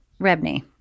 Rebney